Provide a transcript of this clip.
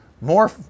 More